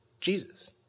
Jesus